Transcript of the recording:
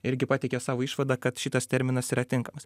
irgi pateikė savo išvadą kad šitas terminas yra tinkamas